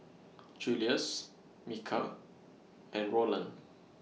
Julious Micah and Rowland